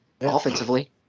offensively